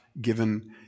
given